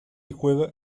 juega